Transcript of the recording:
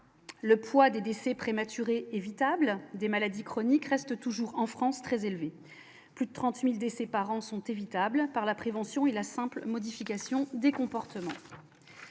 le poids des décès prématurés évitables, des maladies chroniques, restent toujours en France, très élevé, plus de 30000 décès par an sont évitables par la prévention et la simple modification des comportements